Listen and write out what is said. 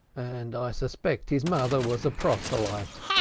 and i suspect his mother was a proselyte.